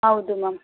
ಹೌದು ಮ್ಯಾಮ್